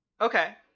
Okay